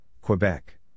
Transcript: Quebec